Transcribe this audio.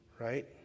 right